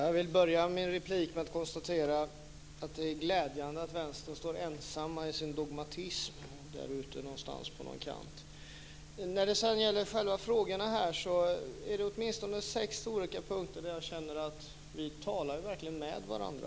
Fru talman! Jag börjar med att konstatera att det är glädjande att Vänstern står ensamt i sin dogmatism. Det är åtminstone sex olika punkter där jag känner att vi verkligen talar med varandra.